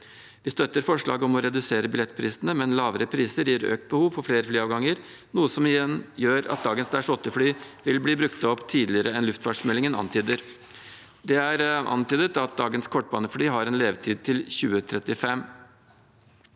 Vi støtter forslaget om å redusere billettprisene, men lavere priser gir økt behov for flere flyavganger, noe som igjen gjør at dagens Dash 8-fly vil bli brukt opp tidligere enn luftfartsmeldingen antyder. Det er antydet at dagens kortbanefly har en levetid til 2035.